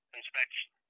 inspection